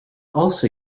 also